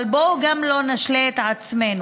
אבל בואו גם לא נשלה את עצמנו.